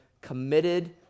committed